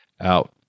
out